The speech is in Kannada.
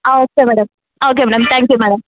um okay madam okay madam thank you madam